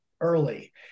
early